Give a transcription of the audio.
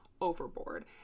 Overboard